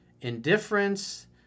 indifference